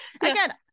again